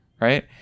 right